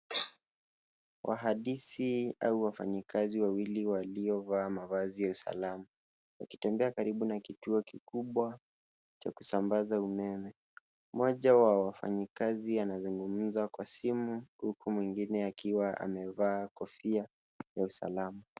Wahandisi au wafanyakazi wawili waliovaa mavazi ya usalama wakitembea karibu na kituo kikubwa cha kusambaza umeme. Mmoja wa wafanyakazi anazungumza kwa simu huku mwengine akiwa amevaa kofia ya usalama.